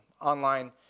online